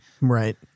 Right